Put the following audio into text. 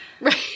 Right